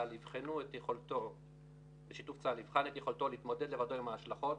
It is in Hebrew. צה"ל יבחנו את יכולתו להתמודד לבדו עם ההשלכות,